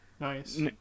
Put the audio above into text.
nice